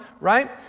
right